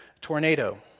tornado